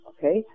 Okay